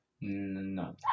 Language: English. No